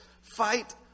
Fight